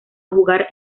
jugar